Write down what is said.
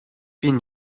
bin